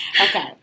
okay